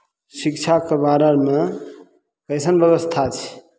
शिक्षाके बारेमे कैसन व्यवस्था छै